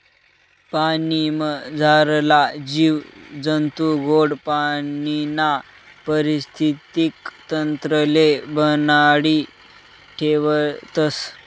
पाणीमझारला जीव जंतू गोड पाणीना परिस्थितीक तंत्रले बनाडी ठेवतस